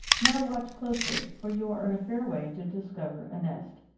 now watch closely, for you are in a fair way to discover a nest.